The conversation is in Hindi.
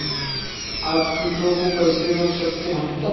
आप कीटों को कैसे रोक सकते हैं?